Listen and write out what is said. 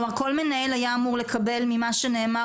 כלומר כל מנהל היה אמור לקבל ממה שנאמר